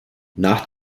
nach